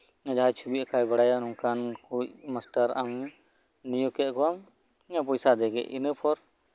ᱡᱟᱦᱟᱸᱭ ᱪᱷᱚᱵᱤ ᱟᱸᱠᱟᱭ ᱵᱟᱲᱟᱭᱟ ᱚᱱᱠᱟᱱ ᱠᱚᱱ ᱢᱟᱥᱴᱟᱨ ᱟᱢ ᱱᱤᱭᱳᱜᱽ ᱠᱮᱫ ᱠᱚ ᱟᱢ ᱯᱚᱭᱥᱟ ᱫᱤᱭᱮ ᱤᱱᱟᱹ ᱯᱚᱨ